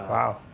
wow.